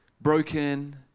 Broken